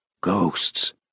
Ghosts